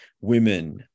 women